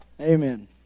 Amen